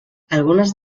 algunes